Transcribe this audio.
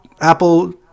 Apple